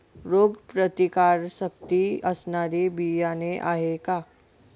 रोगप्रतिकारशक्ती असणारी बियाणे आहे का?